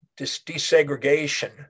desegregation